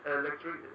electric